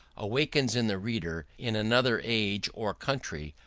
awakens in the reader, in another age or country,